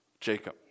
Jacob